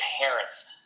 parents